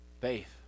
Faith